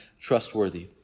trustworthy